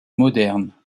modernes